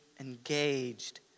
engaged